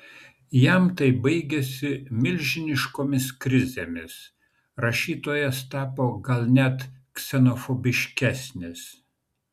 jam tai baigėsi milžiniškomis krizėmis rašytojas tapo gal net ksenofobiškesnis